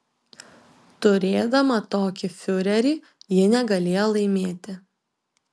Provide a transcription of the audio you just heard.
turėdama tokį fiurerį ji negalėjo laimėti